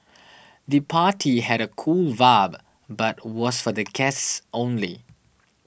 the party had a cool vibe but was for the guests only